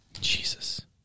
Jesus